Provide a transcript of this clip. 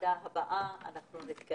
בשעה 11:50.